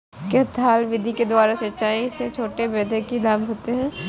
क्या थाला विधि के द्वारा सिंचाई से छोटे पौधों को लाभ होता है?